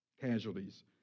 casualties